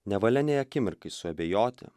nevalia nė akimirkai suabejoti